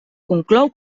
conclou